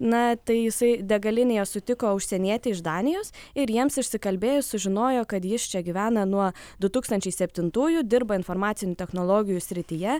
na tai jisai degalinėje sutiko užsienietį iš danijos ir jiems išsikalbėjus sužinojo kad jis čia gyvena nuo du tūkstančiai septintųjų dirba informacinių technologijų srityje